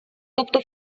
тобто